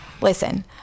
listen